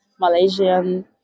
Malaysian